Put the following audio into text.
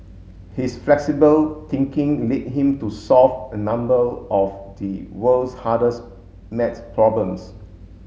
his flexible thinking led him to solve a number of the world's hardest maths problems